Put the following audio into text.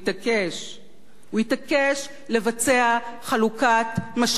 הוא התעקש לבצע חלוקת משאבים הוגנת.